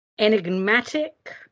enigmatic